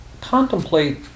contemplate